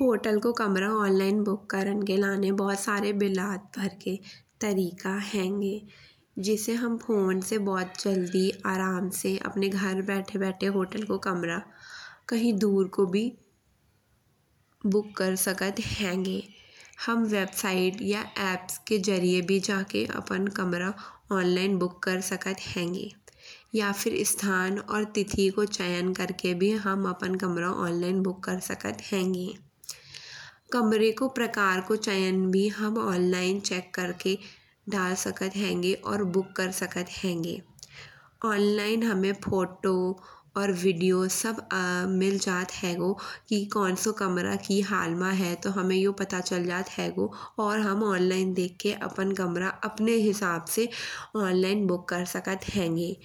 होटल को कमरा online book करन के लाने बहुत सारे विलात भर के तरीके हेन्गे। जिसे हम फोन से बहुत जल्दी आराम से घर बैठे बैठे होटल को कमरा, कहीं दूर को भी बुक कर सकत हेन्गे। हम वेबसाइट या ऐप्स के जरिये भी जाके आपन कमरा ऑनलाइन बुक कर सकत हेन्गे। या फिर स्था या तिथि को चयन करके भी हम आपन कमरो ऑनलाइन बुक कर सकत हेन्गे। कमरे को प्रकार को चयन भी हम ऑनलाइन चेक करके दार सकत हेन्गे। और बुक कर सकत हेन्गे। ऑनलाइन हमे फोटो और वीडियो मिल जात हेगो कि कौंसो कमरा की हाल मा है। तो हमे यो पतो चल जात हेगो। और हम ऑनलाइन देख के आपन कमरा अपने हिसाब से ऑनलाइन बुक कर सकत हेन्गे।